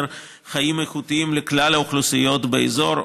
חיים איכותיים לכלל האוכלוסיות באזור.